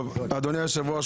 אדוני היושב-ראש,